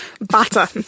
batter